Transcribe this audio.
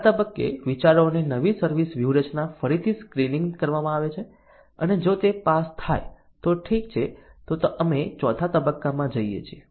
આ તબક્કે વિચારોની નવી સર્વિસ વ્યૂહરચના ફરીથી સ્ક્રીનીંગ કરવામાં આવે છે અને જો તે પાસ થાય તો ઠીક છે તો અમે ચોથા તબક્કામાં જઈએ છીએ